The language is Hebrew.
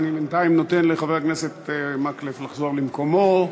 בינתיים אני נותן לחבר הכנסת מקלב לחזור למקומו.